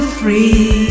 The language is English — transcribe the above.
free